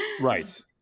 Right